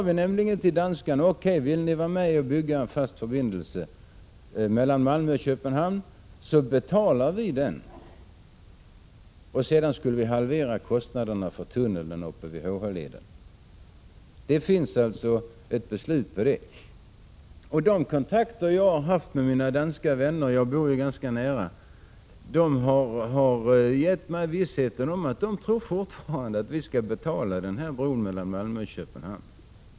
Vi sade till danskarna att om de ville vara med och bygga en fast förbindelse mellan Malmö och Köpenhamn skulle vi betala kostnaden för bron. Vi skulle också halvera kostnaderna för tunneln i HH-leden. Det finns alltså ett sådant beslut. De kontakter jag har haft med mina danska vänner — jag bor ju ganska nära Danmark — har gett mig visshet om att de fortfarande tror att vi skall betala bron mellan Malmö och Köpenhamn.